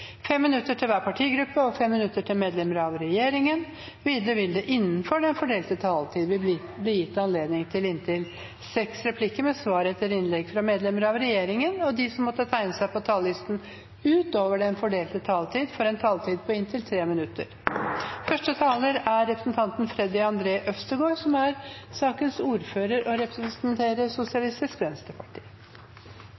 til hver partigruppe og 3 minutter til medlemmer av regjeringen. Videre vil det – innenfor den fordelte taletid – bli gitt anledning til inntil fem replikker med svar etter innlegg fra medlemmer av regjeringen, og de som måtte tegne seg på talerlisten utover den fordelte taletid, får en taletid på inntil 3 minutter. Vi behandler et representantforslag fra Rødt om rettslige konsekvenser ved lov-, regel- og